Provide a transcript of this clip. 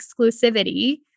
exclusivity